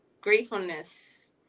Gratefulness